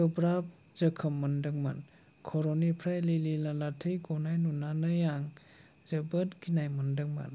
गोब्राब जोखोम मोनदोंमोन खर'निफ्राय लिलि लाला थै गनाय नुनानै आं जोबोद गिनाय मोनदोंमोन